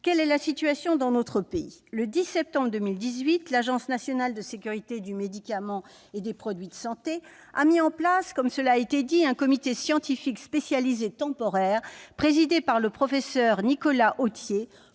Quelle est la situation dans notre pays ? Le 10 septembre 2018, l'Agence nationale de sécurité du médicament et des produits de santé a mis en place un comité scientifique spécialisé temporaire, présidé par le professeur Nicolas Authier,